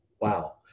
wow